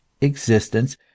existence